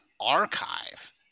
archive